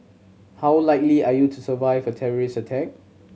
how likely are you to survive a terrorist attack